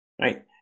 Right